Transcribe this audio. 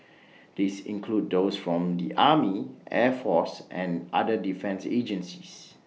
this include those from the army air force and other defence agencies